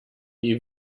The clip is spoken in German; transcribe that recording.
wie